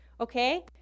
okay